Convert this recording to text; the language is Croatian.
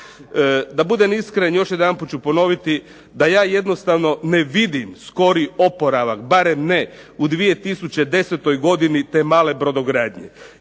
Da budem iskren još jedanput ću ponoviti, da ja jednostavno ne vidim skori oporavak barem ne u 2010. godini, te male brodogradnje.